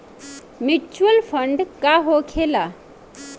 Mutual fund का होखेला?